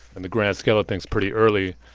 and the grand scale of things, pretty early,